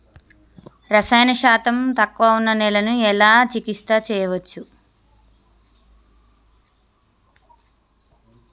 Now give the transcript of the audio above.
రసాయన శాతం తక్కువ ఉన్న నేలను నేను ఎలా చికిత్స చేయచ్చు?